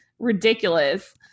ridiculous